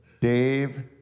Dave